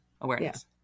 awareness